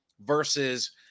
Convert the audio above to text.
versus